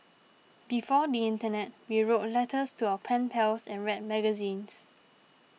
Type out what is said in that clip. before the internet we wrote letters to our pen pals and read magazines